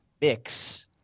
mix